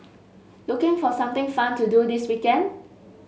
looking for something fun to do this weekend